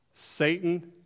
Satan